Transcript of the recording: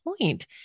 point